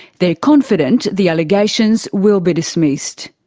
they're confident the allegations will be dismissed.